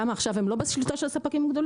למה עכשיו הן לא בשליטה של הספקים הגדולים?